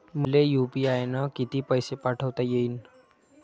मले यू.पी.आय न किती पैसा पाठवता येईन?